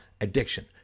addiction